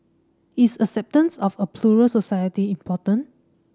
is acceptance of a plural society important